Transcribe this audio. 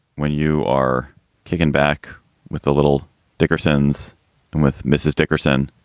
when you are kicking back with a little dickersons and with mrs. dickerson,